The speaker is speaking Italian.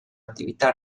attività